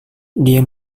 dia